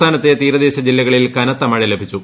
സംസ്ഥാനത്തെ തീരദേശ ജില്ലകളിൽ കനത്ത മഴ ലഭിച്ചു